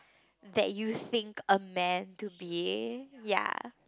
they using a man to behave ya